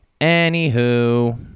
Anywho